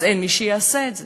אז אין מי שיעשה את זה.